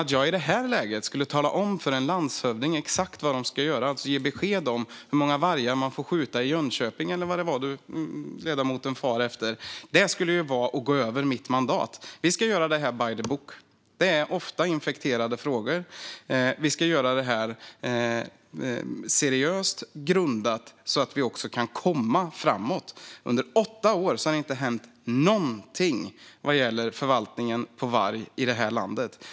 Att jag i detta läge skulle tala om för landshövdingar exakt vad de ska göra, alltså ge besked om hur många vargar som får skjutas i Jönköping eller vad det var ledamoten for efter, skulle vara att gå utöver mitt mandat. Vi ska göra detta by the book. Det är frågor som ofta är infekterade. Vi ska göra detta på ett seriöst grundat sätt så att vi kan komma framåt. Under åtta år har det inte hänt någonting vad gäller förvaltningen av varg i detta land.